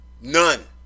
None